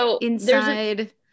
inside